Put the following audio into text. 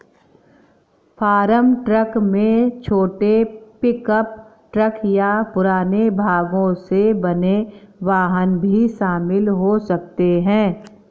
farm truck में छोटे pickup truck या पुराने भागों से बने वाहन भी शामिल हो सकते हैं